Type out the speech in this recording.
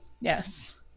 Yes